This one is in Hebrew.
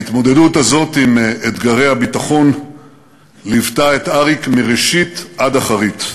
ההתמודדות הזאת עם אתגרי הביטחון ליוותה את אריק מראשית עד אחרית.